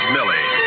Millie